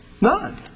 None